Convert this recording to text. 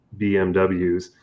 BMWs